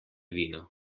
vino